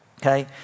okay